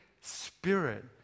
spirit